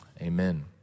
Amen